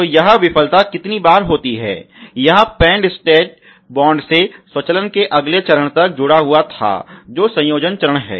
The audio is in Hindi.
तो यह विफलता कितनी बार होती है यह पेंट स्टेट बॉन्ड से स्वचलन के अगले चरण तक जुड़ा हुआ था जो संयोजन चरण है